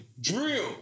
drill